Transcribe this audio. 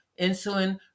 insulin